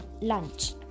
lunch